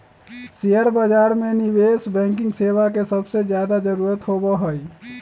share बाजार में निवेश बैंकिंग सेवा के सबसे ज्यादा जरूरत होबा हई